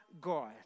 God